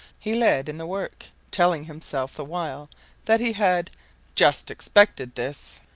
he led in the work, telling himself the while that he had just expected this.